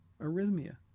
arrhythmia